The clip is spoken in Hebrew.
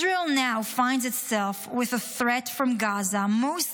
"Israel now finds itself with the threat from Gaza mostly